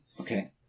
Okay